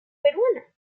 peruana